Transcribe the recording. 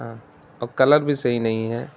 ہاں اور کلر بھی صحیح نہیں ہے